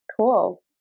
Cool